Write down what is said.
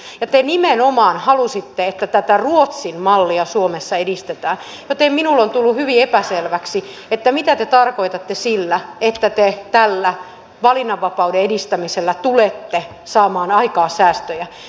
ja te nimenomaan halusitte että tätä ruotsin mallia suomessa edistetään joten minulle on tullut hyvin epäselväksi mitä te tarkoitatte sillä että te tällä valinnanvapauden edistämisellä tulette saamaan aikaan säästöjä